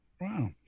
Wow